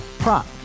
Prop